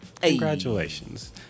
Congratulations